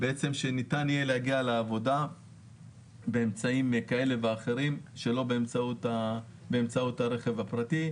שניתן יהיה להגיע לעבודה באמצעים כאלה ואחרים שלא באמצעות הרכב הפרטי,